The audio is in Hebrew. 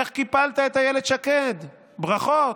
איך קיפלת את אילת שקד, ברכות.